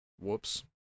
Whoops